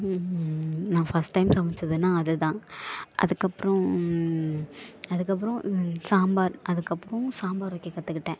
நான் first time சமைச்சதுன்னா அது தான் அதற்கப்புறம் அதற்கப்புறம் சாம்பார் அதற்கப்புறம் சாம்பார் வைக்க கற்றுக்கிட்டேன்